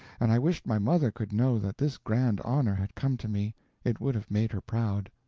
and i wished my mother could know that this grand honor had come to me it would have made her proud.